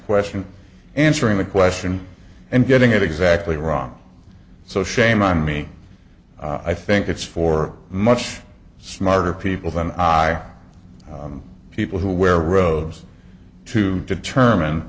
question answering the question and getting it exactly wrong so shame on me i think it's for much smarter people than i people who wear robes to determine